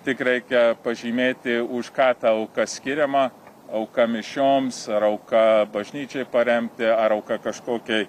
tik reikia pažymėti už ką ta auka skiriama auka mišioms ar auka bažnyčiai paremti ar auka kažkokiai